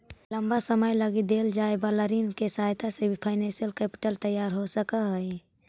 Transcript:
लंबा समय लगी देल जाए वाला ऋण के सहायता से भी फाइनेंशियल कैपिटल तैयार हो सकऽ हई